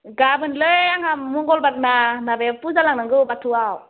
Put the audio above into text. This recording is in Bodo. गाबोनलै आंहा मंगलबारना माबायाव फुजा लांनांगौ बाथौआव